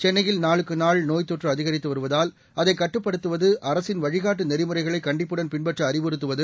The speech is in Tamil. சென்னையில் நாளுக்குநாள் நோய்த்தொற்று அதிகரித்து வருவதால் அதை கட்டுப்படுத்துவது அரசின் வழிகாட்டு நெறிமுறைகளை கண்டிப்புடன் பின்பற்ற அறிவுறுத்துவது